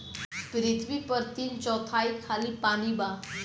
पृथ्वी पर तीन चौथाई खाली पानी बा